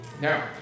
Now